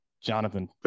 Jonathan